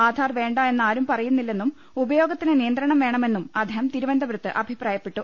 ആധാർ വേണ്ട എന്നാരും പറയുന്നില്ലെന്നും ഉപയോഗത്തിന് നിയന്ത്രണം വേണമെന്നും അദ്ദേഹം തിരുവനന്തപുരത്ത് അഭിപ്രായപ്പെട്ടു